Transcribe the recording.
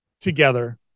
together